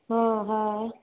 हाँ हय